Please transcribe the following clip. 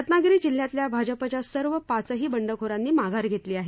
रत्नागिरी जिल्ह्यातल्या भाजपच्या सर्व पाचही बंडखोरांनी माघार घेतली आहे